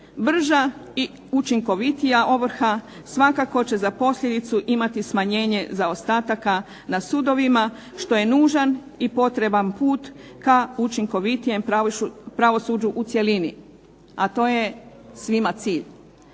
brža i učinkovitija ovrha svakako će za posljedicu imati smanjenje zaostataka na sudovima što je nužan i potreban put ka učinkovitijem pravosuđu u cjelini. A to je svima cilj.